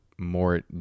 more